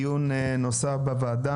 אנחנו פותחים דיון נוסף בוועדה,